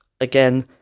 again